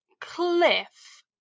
cliff